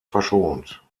verschont